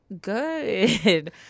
good